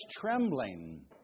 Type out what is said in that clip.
trembling